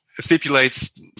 stipulates